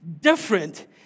different